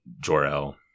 Jor-El